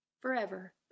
forever